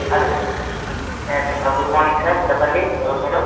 hello yes good morning sir చెప్పండి ఎవరు మీరు